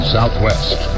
Southwest